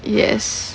yes